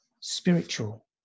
spiritual